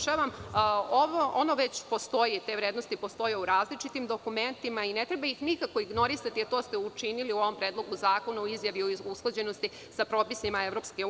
Te vrednosti već postoje u različitim dokumentima i ne treba ih nikako ignorisati, a to ste učinili u ovom predlogu zakona u izjavi o usklađenosti sa propisima EU.